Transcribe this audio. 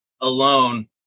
alone